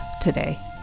today